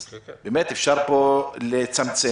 אז אפשר פה לצמצם.